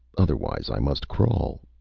otherwise, i must crawl.